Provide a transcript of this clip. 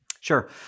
Sure